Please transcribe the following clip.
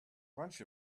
bunch